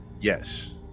Yes